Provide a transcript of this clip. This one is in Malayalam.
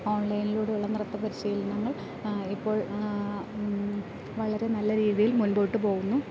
ഓൺലൈനിലൂടെ ഉള്ള നൃത്ത പരിശീലനങ്ങൾ ഇപ്പോൾ വളരെ നല്ല രീതിയിൽ മുൻപോട്ട് പോകുന്നു